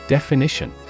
Definition